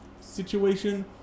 situation